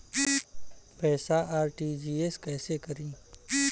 पैसा आर.टी.जी.एस कैसे करी?